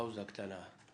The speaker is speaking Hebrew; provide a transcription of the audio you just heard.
פאוזה קטנה.